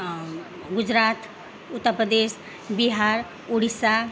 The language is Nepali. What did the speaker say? गुजरात उत्तर प्रदेश बिहार उडिसा